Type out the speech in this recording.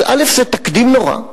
אז זה תקדים נורא.